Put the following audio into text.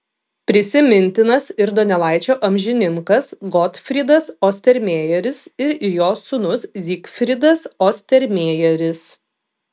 prisimintinas ir donelaičio amžininkas gotfrydas ostermejeris ir jo sūnus zygfridas ostermejeris